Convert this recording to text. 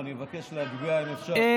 לא שומעים, אני מבקש להגביה, אם אפשר.